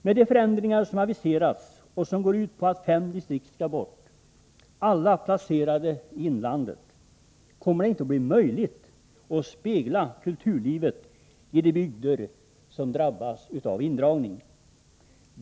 Med de förändringar som aviserats och som går ut på att fem distrikt skall bort — alla placerade i inlandet — kommer det inte bli möjligt att spegla kulturlivet i de bygder som drabbas av indragning.